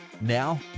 Now